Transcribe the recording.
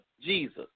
Jesus